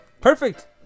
Perfect